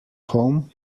home